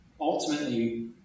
ultimately